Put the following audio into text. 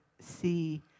see